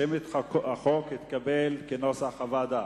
שם החוק התקבל כנוסח הוועדה.